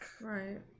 right